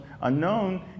unknown